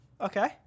Okay